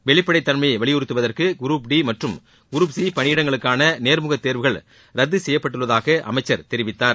வெளிப்படைத்தன்மயை வலியுறத்துவதற்கு group D மற்றும் group C பணியிடங்களுக்கான நேர்முகத்தேர்வுகள் ரத்து செய்யப்பட்டுள்ளதாக அமைச்சர் தெரிவித்தார்